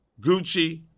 Gucci